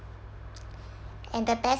and the best